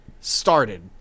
started